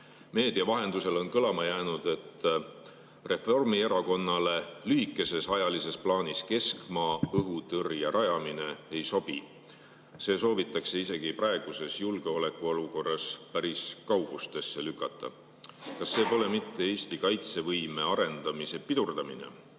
Meedia vahendusel on kõlama jäänud, et Reformierakonnale lühikeses ajalises plaanis keskmaa õhutõrje rajamine ei sobi. See soovitakse isegi praeguses julgeolekuolukorras päris kaugustesse lükata. Kas see pole mitte Eesti kaitsevõime arendamise pidurdamine?